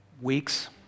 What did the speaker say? weeks